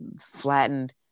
flattened